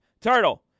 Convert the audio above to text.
Turtle